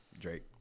Drake